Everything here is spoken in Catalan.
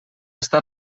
està